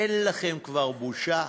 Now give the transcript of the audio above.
אין לכם כבר בושה?